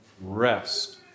rest